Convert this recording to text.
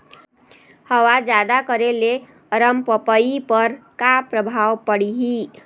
हवा जादा करे ले अरमपपई पर का परभाव पड़िही?